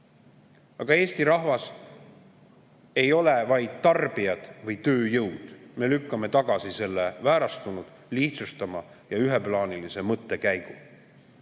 Aga Eesti rahvas ei ole vaid tarbijad või tööjõud. Me lükkame tagasi selle väärastunud, lihtsustava ja üheplaanilise mõttekäigu.